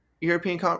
European